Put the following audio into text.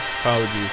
apologies